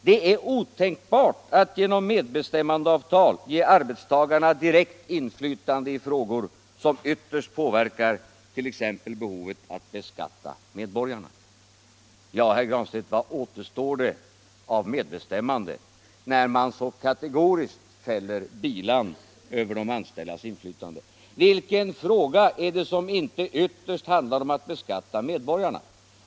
Det är otänkbart att genom medbestämmandeavtal ge arbetstagarna direkt inflytande i frågor som ytterst påverkar t.ex. behovet att beskatta medborgarna.” Ja, herr Granstedt, vad återstår av medbestämmande när man så kategoriskt fäller bilan över de anställdas inflytande? Vilken fråga är det som inte ytterst handlar om att beskatta medborgarna?